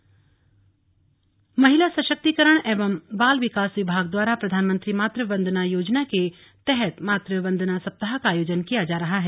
मातृ वंदना सप्ताह महिला सशक्तिकरण एवं बाल विकास विभाग द्वारा प्रधानमंत्री मातृ वंदना योजना के तहत मातृ वंदना सप्ताह का आयोजन किया जा रहा है